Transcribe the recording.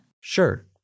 Sure